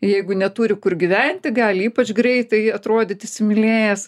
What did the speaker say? jeigu neturi kur gyventi gali ypač greitai atrodyt įsimylėjęs